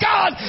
God